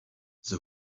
the